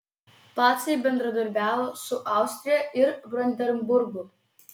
pacai bendradarbiavo su austrija ir brandenburgu